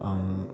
ആ